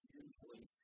usually